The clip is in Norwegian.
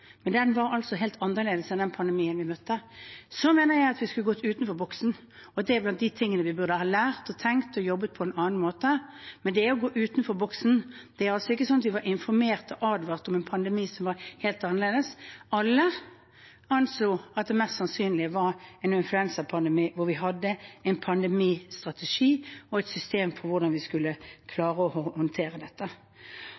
men den var altså helt annerledes enn den pandemien vi møtte. Så mener jeg at vi skulle tenkt utenfor boksen, og at det er blant de tingene vi burde ha lært – tenkt og jobbet med det på en annen måte. Men når det gjelder å tenke utenfor boksen, er det altså ikke sånn at vi var informert og advart om en pandemi som var helt annerledes. Alle anslo at det mest sannsynlige var en influensapandemi, hvor vi hadde en pandemistrategi og et system for hvordan vi skulle